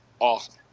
awesome